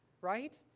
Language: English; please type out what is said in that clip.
right